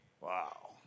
Wow